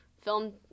film